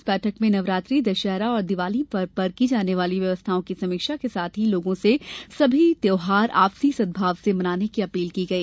इस बैठक में नवरात्रि दशहरा और दीवाली पर्व पर की जाने वाली व्यवस्थाओं की समीक्षा के साथ ही लोगों से सभी त्योहार आपसी सद्भाव से मनाने की अपील की गई